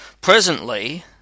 Presently